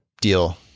deal